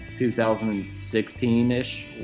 2016-ish